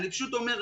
אני פשוט אומר,